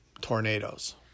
tornadoes